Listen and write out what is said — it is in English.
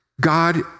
God